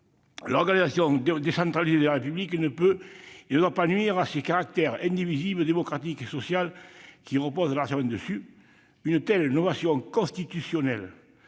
L'organisation décentralisée de la République ne peut et ne doit pas nuire à ses caractères indivisible, démocratique et social, qui reposent largement dessus. Une telle innovation constitutionnelle,